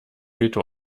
veto